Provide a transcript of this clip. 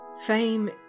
Fame